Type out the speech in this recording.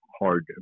hard